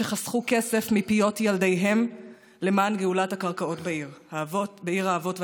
שחסכו כסף מפיות ילדיהם למען גאולת הקרקעות בעיר האבות והאימהות.